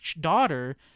daughter